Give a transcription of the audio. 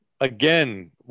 Again